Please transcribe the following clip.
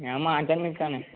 ഞാൻ മാറ്റാൻ നിൽക്കാണ്